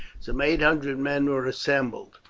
some eight hundred men were assembled.